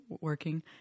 working